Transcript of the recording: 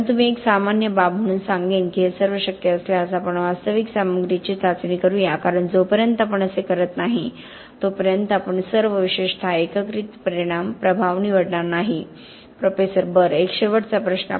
परंतु मी एक सामान्य बाब म्हणून सांगेन की हे सर्व शक्य असल्यास आपण वास्तविक सामग्रीची चाचणी करूया कारण जोपर्यंत आपण असे करत नाही तोपर्यंत आपण सर्व विशेषतः एकत्रित परिणाम प्रभाव निवडणार नाही प्रोफेसर बरं एक शेवटचा प्रश्न